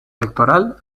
electoral